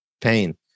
pain